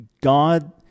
God